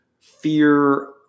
fear